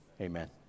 Amen